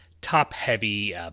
top-heavy